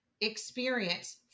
experience